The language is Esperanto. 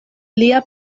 lia